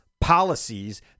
policies